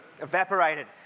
evaporated